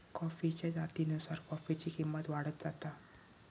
कॉफीच्या जातीनुसार कॉफीची किंमत वाढत जाता